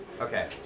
Okay